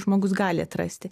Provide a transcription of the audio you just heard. žmogus gali atrasti